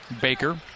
Baker